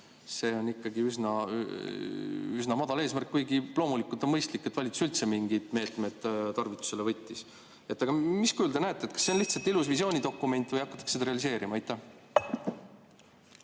see on ikkagi üsna madal eesmärk, kuigi loomulikult on mõistlik, et valitsus üldse mingid meetmed tarvitusele võttis. Mis kujul te näete [seda]? Kas see on lihtsalt ilus visioonidokument või hakatakse seda realiseerima? Aitäh!